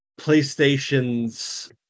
PlayStation's